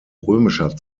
römischer